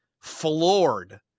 floored